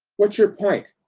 what's your point?